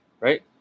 Right